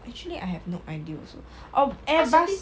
actually I have no idea also oh airbus